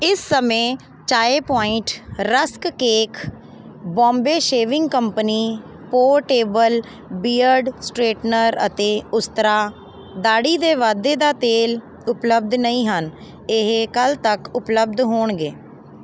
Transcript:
ਇਸ ਸਮੇਂ Chai point rusk cake Bombay shaving company portable beard straightener ਅਤੇ ਉਸਤਰਾ ਦਾੜ੍ਹੀ ਦੇ ਵਾਧੇ ਦਾ ਤੇਲ ਉਪਲੱਬਧ ਨਹੀਂ ਹਨ ਇਹ ਕੱਲ੍ਹ ਤੱਕ ਉਪਲੱਬਧ ਹੋਣਗੇ